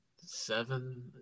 seven